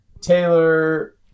taylor